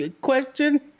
question